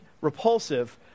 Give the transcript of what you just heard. repulsive